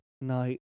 night